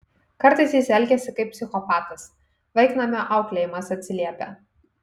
kartais jis elgiasi kaip psichopatas vaiknamio auklėjimas atsiliepia